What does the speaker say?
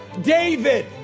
David